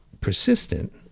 persistent